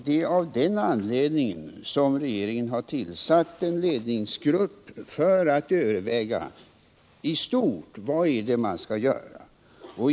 Det är av den anledningen som regeringen har tillsatt en ledningsgrupp för att överväga i stort vad som skall göras.